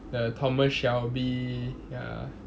the thomas shelby ya